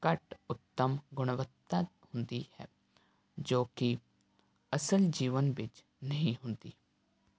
ਘੱਟ ਉੱਤਮ ਗੁਣਵੱਤਾ ਹੁੰਦੀ ਹੈ ਜੋ ਕਿ ਅਸਲ ਜੀਵਨ ਵਿੱਚ ਨਹੀਂ ਹੁੰਦੀ